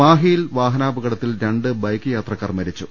മാഹിയിൽ വാഹനാപകടത്തിൽ രണ്ട് ബൈക്ക് യാത്രക്കാർ മരി ച്ചു